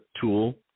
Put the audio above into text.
tool